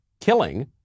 killing